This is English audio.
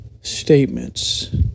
statements